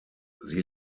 sie